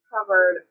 covered